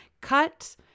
cut